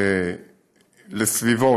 לסביבות,